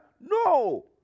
No